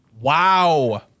Wow